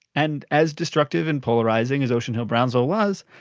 and as destructive and polarizing as ocean hill-brownsville was,